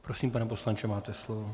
Prosím, pane poslanče, máte slovo.